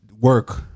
work